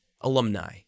alumni